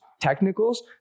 technicals